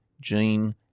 gene